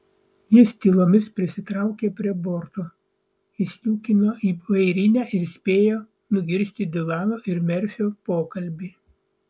jis tylomis prisitraukė prie borto įsliūkino į vairinę ir spėjo nugirsti dilano ir merfio pokalbį